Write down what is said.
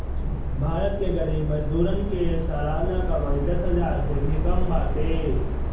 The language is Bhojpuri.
भारत के गरीब मजदूरन के सलाना कमाई दस हजार से भी कम बाटे